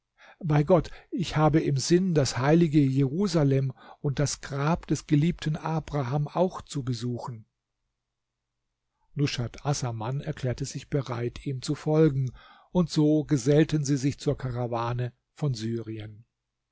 bei gott ich habe im sinn das heilige jerusalem und das grab des geliebten abraham auch zu besuchen nushat assaman erklärte sich bereit ihm zu folgen und so gesellten sie sich zur karawane von syrien